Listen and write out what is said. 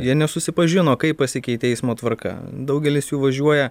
jie nesusipažino kaip pasikeitė eismo tvarka daugelis jų važiuoja